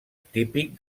típic